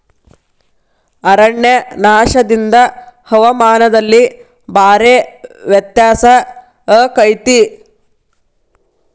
ಅರಣ್ಯನಾಶದಿಂದ ಹವಾಮಾನದಲ್ಲಿ ಭಾರೇ ವ್ಯತ್ಯಾಸ ಅಕೈತಿ